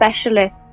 specialist